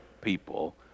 people